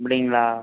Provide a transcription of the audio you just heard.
அப்படிங்களா